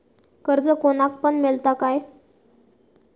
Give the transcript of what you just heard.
कर्ज कोणाक पण मेलता काय?